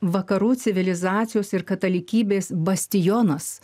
vakarų civilizacijos ir katalikybės bastionas